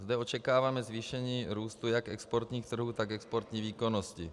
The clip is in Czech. Zde očekáváme zvýšení růstu jak exportních trhů, tak exportní výkonnosti.